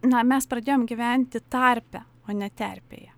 na mes pradėjom gyventi tarpe o ne terpėje